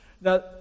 now